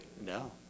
No